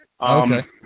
Okay